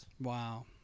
Wow